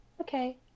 okay